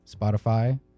Spotify